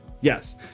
Yes